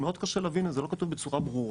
מאוד קשה להבין את זה, זה לא כתוב בצורה ברורה.